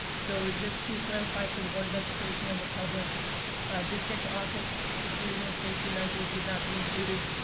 so, just to clarify for the board of education and the public district office security and safety measures would not be included,